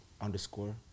underscore